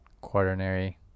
quaternary